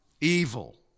evil